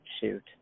shoot